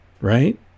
Right